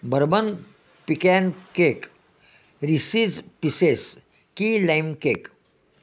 bourbon pecan cake reese's pieces key lime cake